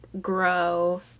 grow